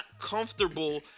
comfortable